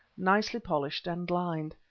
nicely polished and lined.